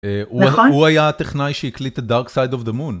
הוא היה הטכנאי שהקליט את dark side of the moon.